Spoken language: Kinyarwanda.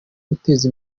guteza